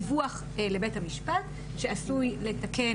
דיווח לבית המשפט שעשוי לתקן,